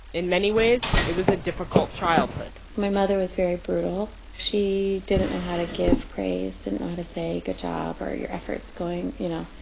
in many ways, it was a difficult childhood my mother was very brutal. she didn't know how to give praise, didn't know how to say good job or your effort's going, you know,